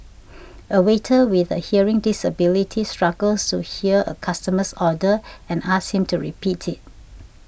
a waiter with a hearing disability struggles to hear a customer's order and asks him to repeat it